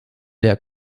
der